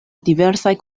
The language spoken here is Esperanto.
diversaj